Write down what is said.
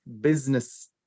business